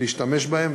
להשתמש בהם.